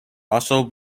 also